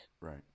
Right